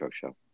Show